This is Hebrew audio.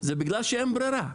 זה בגלל שאין ברירה.